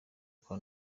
kwa